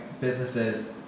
businesses